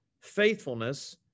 faithfulness